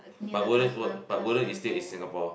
but wouldn't but wouldn't you stay in Singapore